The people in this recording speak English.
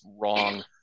wrong